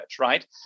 right